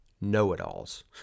know-it-alls